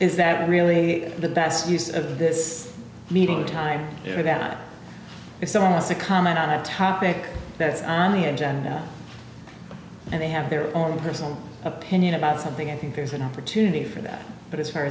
s that really the best use of this meeting time without someone else to comment on a topic that's on the agenda and they have their own personal opinion about something i think there's an opportunity for that but as far